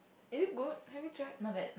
is it good have you tried